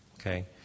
Okay